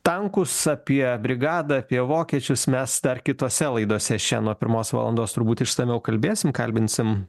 tankus apie brigadą apie vokiečius mes dar kitose laidose šiandien nuo pirmos valandos turbūt išsamiau kalbėsim kalbinsim